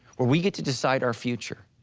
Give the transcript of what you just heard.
where we get to decide our future.